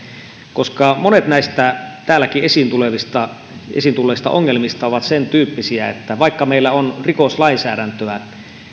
monet näistä täälläkin esiin tulleista esiin tulleista ongelmista ovat sentyyppisiä että vaikka meillä on rikoslainsäädäntöä